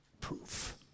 proof